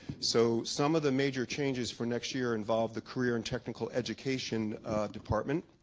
so some of the major changes for next year involve the career and technical education department